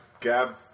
Gab